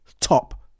top